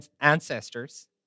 ancestors